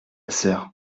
sœur